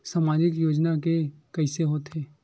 सामाजिक योजना के कइसे होथे?